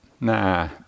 nah